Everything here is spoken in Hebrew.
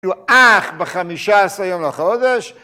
?? אך בחמישה עשרה יום לאחר חודש.